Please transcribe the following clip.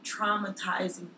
traumatizing